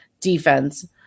defense